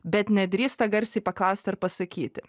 bet nedrįsta garsiai paklausti ar pasakyti